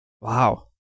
Wow